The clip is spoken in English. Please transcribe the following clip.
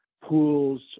pools